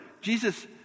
Jesus